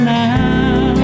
now